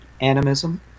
animism